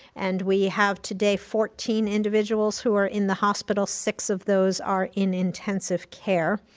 and we have today fourteen individuals who are in the hospital, six of those are in intensive care.